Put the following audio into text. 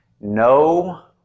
no